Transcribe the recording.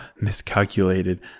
miscalculated